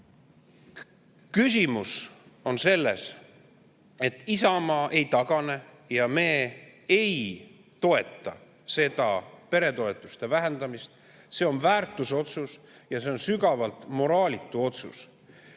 Küsimus on selles, et Isamaa ei tagane ja me ei toeta peretoetuste vähendamist. See on väärtusotsus ja see on sügavalt moraalitu otsus.